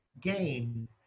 gain